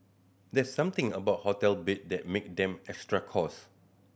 there's something about hotel bed that make them extra